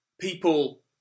people